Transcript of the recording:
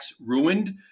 ruined